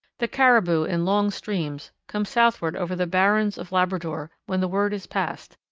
the caribou, in long streams, come southward over the barrens of labrador when the word is passed,